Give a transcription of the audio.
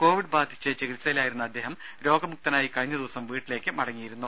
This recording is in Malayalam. കോവിഡ് ബാധിച്ച് ചികിൽസയിലായിരുന്ന അദ്ദേഹം രോഗമുക്തനായി കഴിഞ്ഞ ദിവസം വീട്ടിലേക്ക് മടങ്ങിയിരുന്നു